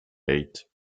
eight